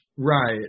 Right